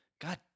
God